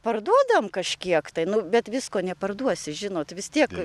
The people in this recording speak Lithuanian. parduodam kažkiek tai nu bet visko neparduosi žinot vis tiek